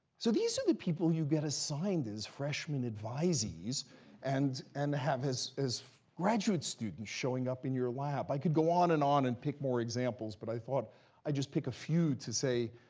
so these are the people you get assigned as freshman advisees and and have as graduate students showing up in your lap. i could go on and on and pick more examples, but i thought i'd just pick a few to say,